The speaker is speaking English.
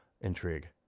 intrigue